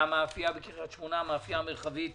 והמאפייה המרחבית